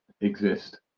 exist